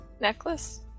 Necklace